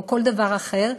או כל דבר אחר,